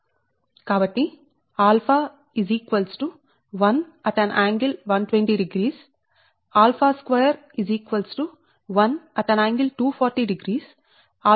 కాబట్టి 𝜶1 1ᒪ1200 𝜶2 1ᒪ2400 𝜶3 1